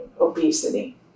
obesity